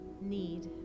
need